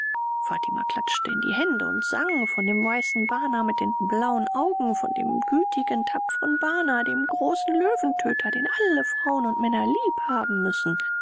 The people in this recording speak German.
fatima klatschte in die hände und sang von dem weißen bana mit den blauen augen von dem gütigen tapfren bana dem großen löwentöter den alle frauen und männer lieb haben müssen